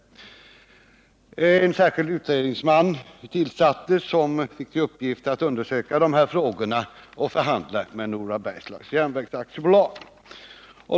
En särskild utredningsman tillsattes. Han fick i uppgift att undersöka dessa frågor och förhandla med Nora Bergslags Järnvägs AB.